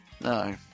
No